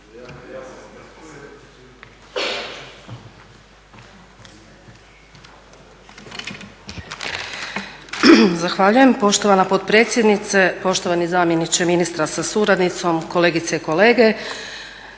Zahvaljujem poštovana potpredsjednice. Poštovani zamjeniče ministra sa suradnicom, kolegice i kolege.